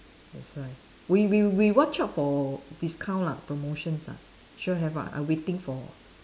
that's right we we we watch out for discount lah promotions lah sure have [one] I waiting for